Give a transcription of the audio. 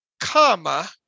comma